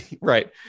right